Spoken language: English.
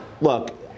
Look